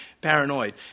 paranoid